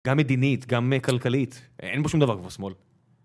גם מדינית, גם כלכלית, אין בו שום דבר כמו שמאל.